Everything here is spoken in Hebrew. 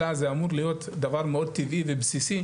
אלא זה אמור להיות דבר מאוד טבעי ובסיסי,